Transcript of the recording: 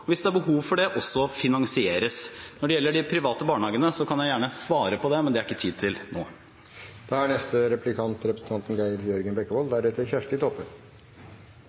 og, hvis det er behov for det, også finansieres. Når det gjelder de private barnehagene, kan jeg gjerne svare på det, men det er det ikke tid til nå.